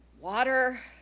water